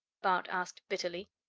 bart asked bitterly.